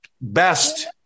best